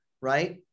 Right